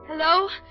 Hello